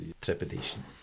trepidation